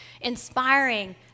inspiring